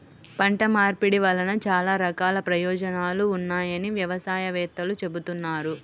పంట మార్పిడి వలన చాలా రకాల ప్రయోజనాలు ఉన్నాయని వ్యవసాయ వేత్తలు చెబుతున్నారు